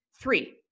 Three